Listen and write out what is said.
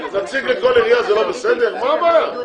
מה, נציג לכל עירייה זה לא בסדר, מה הבעיה?